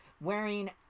wearing